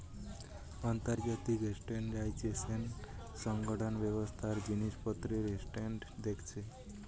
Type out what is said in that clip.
আন্তর্জাতিক স্ট্যান্ডার্ডাইজেশন সংগঠন ব্যবসার জিনিসপত্রের স্ট্যান্ডার্ড দেখছে